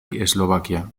eslovaquia